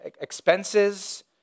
expenses